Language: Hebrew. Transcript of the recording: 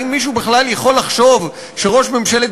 האם מישהו בכלל יכול לחשוב שראש ממשלת